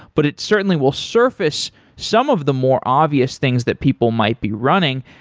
but it certainly will surface some of the more obvious things that people might be running.